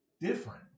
different